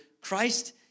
Christ